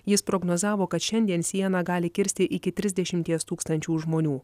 jis prognozavo kad šiandien sieną gali kirsti iki trisdešimties tūkstančių žmonių